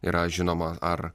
yra žinoma ar